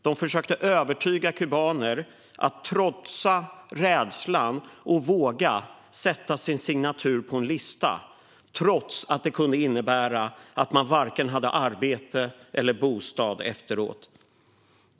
De försökte övertyga kubaner att trotsa rädslan och våga sätta sin signatur på en lista, trots att det kunde innebära att man varken hade arbete eller bostad efteråt.